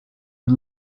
and